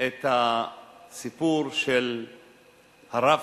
את הסיפור של ה"רב-קו"